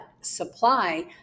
supply